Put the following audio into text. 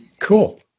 Cool